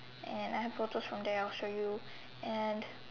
and I have photos from there I'll show you and